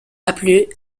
appelée